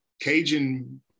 Cajun